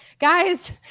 guys